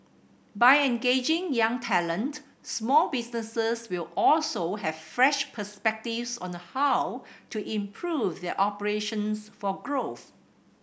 by engaging young talent small businesses will also have fresh perspectives on how to improve their operations for growth